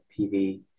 PV